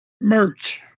merch